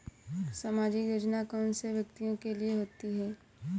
सामाजिक योजना कौन से व्यक्तियों के लिए होती है?